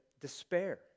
despair